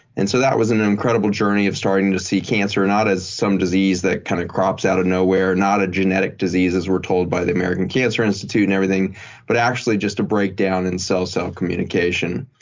and so that was an incredible journey of starting to see cancer not as some disease that kind of crops out of nowhere, not a genetic disease as we're told by the american cancer institute and everything but actually just a breakdown in cell-cell communication.